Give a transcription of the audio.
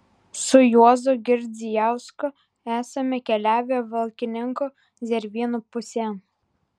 su juozu girdzijausku esame keliavę valkininkų zervynų pusėn